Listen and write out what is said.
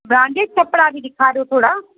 branded कपिड़ा बि ॾेखारियो थोरा